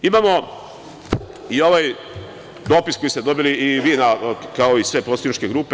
Imamo i ovaj dopis koji ste dobili i vi, kao i sve poslaničke grupe.